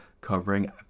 covering